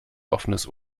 offenes